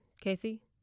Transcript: Casey